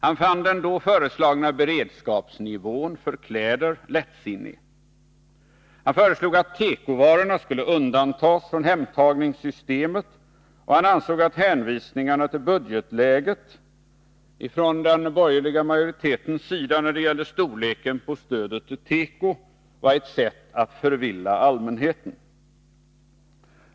Han fann den då föreslagna beredskapsnivån för kläder lättsinnig. Han föreslog att tekovarorna skulle undantas från hemtagningssystemet, och han ansåg att hänvisningarna till budgetläget från den borgerliga majoritetens sida när det gällde storleken på stödet till tekoindustrin var ett sätt att förvilla allmänheten.